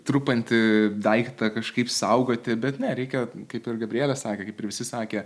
trupantį daiktą kažkaip saugoti bet ne reikia kaip ir gabrielė sakė kaip ir visi sakė